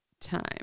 time